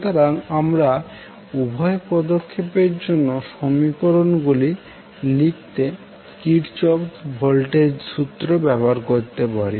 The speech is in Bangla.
সুতরাং আমরা উভয় পদক্ষেপের জন্য সমীকরণগুলি লিখতে কিরশ্চপস ভোল্টেজ সুত্রKirchhoff's voltage law ব্যবহার করতে পারি